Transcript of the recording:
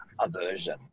aversion